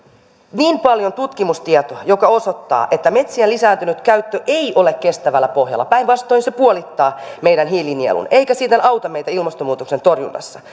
niin paljon tutkimustietoa että se osoittaa että metsien lisääntynyt käyttö ei ole kestävällä pohjalla päinvastoin se puolittaa meidän hiilinielun eikä siten auta meitä ilmastonmuutoksen torjunnassa